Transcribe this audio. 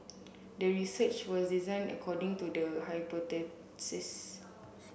the research was designed according to the